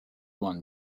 one